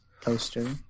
poster